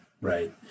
right